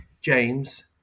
James